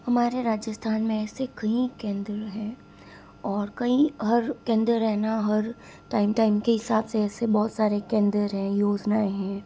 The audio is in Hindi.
हमारे राजस्थान में ऐसे कईं केंद्र है और कई हर केंद्र है न हर टाइम टाइम के हिसाब से ऐसे बहुत सारे केंद्र हैं योजना हैं